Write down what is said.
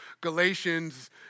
Galatians